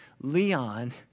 Leon